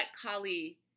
Kali